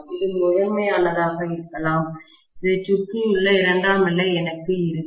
இது முதன்மையானதாக இருக்கலாம் இதைச் சுற்றியுள்ள இரண்டாம் நிலை எனக்கு இருக்கும்